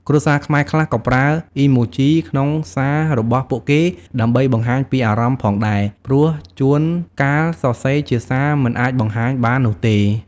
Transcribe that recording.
គ្រួសារខ្មែរខ្លះ ក៏ប្រើអុីម៉ូជីក្នុងសាររបស់ពួកគេ ដើម្បីបង្ហាញពីអារម្មណ៍ផងដែរ ព្រោះជួនកាលសរសេរជាសារមិនអាចបង្ហាញបាននោះទេ។